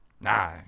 Nah